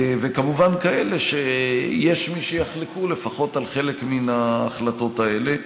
וכמובן יש מי שיחלקו לפחות על חלק מההחלטות האלה.